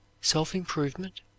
self-improvement